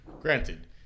Granted